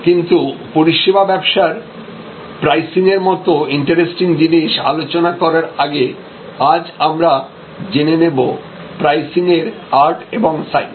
কিন্তু পরিষেবা ব্যবসার প্রাইসিং এর মত ইন্টারেস্টিং জিনিস আলোচনা করার আগে আজ আমরা জেনে নেব প্রাইসিংয়ের আর্ট এবং সাইন্স